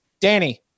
Danny